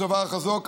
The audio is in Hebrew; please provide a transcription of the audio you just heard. הצבא החזק,